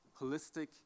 holistic